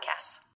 podcasts